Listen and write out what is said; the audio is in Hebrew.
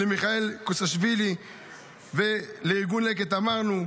למיכאל קוסאשווילי ולארגון לקט, אמרנו.